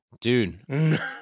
Dude